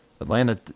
Atlanta